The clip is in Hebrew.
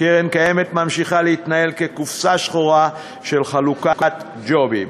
קרן קיימת ממשיכה להתנהל כקופסה שחורה של חלוקת ג'ובים.